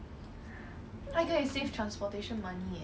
出去 exercise 不用钱 meh